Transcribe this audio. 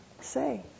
say